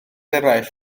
eraill